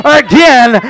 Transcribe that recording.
again